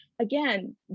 Again